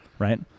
right